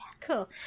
cool